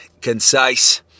concise